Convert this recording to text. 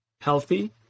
healthy